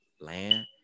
land